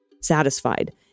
satisfied